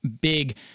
big